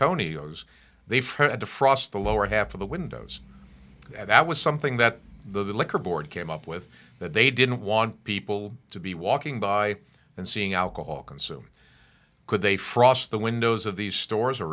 frost the lower half of the windows and that was something that the liquor board came up with that they didn't want people to be walking by and seeing alcohol consumed could they frost the windows of these stores are